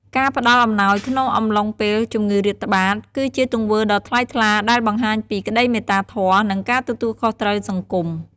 ការផ្តល់អំណោយក្នុងអំឡុងពេលជំងឺរាតត្បាត គឺជាទង្វើដ៏ថ្លៃថ្លាដែលបង្ហាញពី ក្តីមេត្តាធម៌ និងការទទួលខុសត្រូវសង្គម។